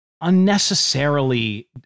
unnecessarily